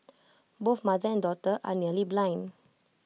both mother and daughter are nearly blind